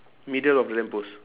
middle of the lamp post